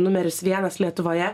numeris vienas lietuvoje